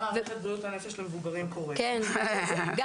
אבל